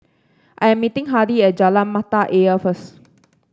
I am meeting Hardy at Jalan Mata Ayer first